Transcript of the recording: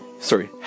sorry